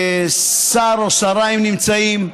שר או שרה, אם נמצאים,